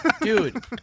Dude